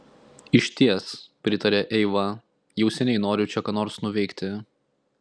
išties pritarė eiva jau seniai noriu čia ką nors nuveikti